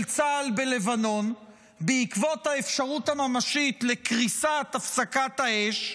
צה"ל בלבנון בעקבות האפשרות הממשית לקריסת הפסקת האש.